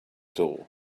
door